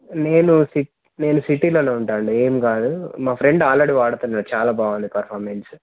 నేను సి నేను సిటీలోనే ఉంటానండి ఏం కాదు మా ఫ్రెండ్ ఆల్రెడీ వాడుతున్నాడు చాలా బాగుంది పర్ఫార్మెన్స్